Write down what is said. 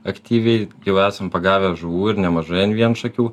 aktyviai jau esam pagavę žuvų ir nemažai ant vienšakių